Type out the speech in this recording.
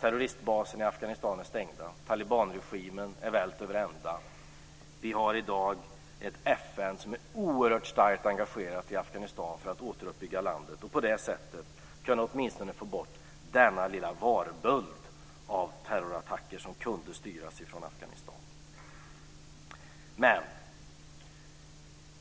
Terroristbaser i Afghanistan är stängda. Talibanregimen är vält över ända. Vi har i dag ett FN som är oerhört starkt engagerat i Afghanistan för att återuppbygga landet och för att på det sättet få bort denna lilla varböld av terrorattacker som kunde styras från Afghanistan. Men